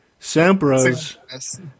Sampras